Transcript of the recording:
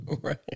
Right